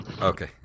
Okay